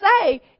say